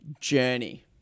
journey